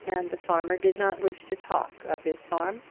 and the farmer did not wish to talk of his farm.